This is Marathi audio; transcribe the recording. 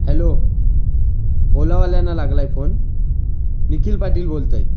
हॅलो ओलावाल्यांना लागला आहे फोन निखिल पाटील बोलत आहे